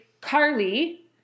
Carly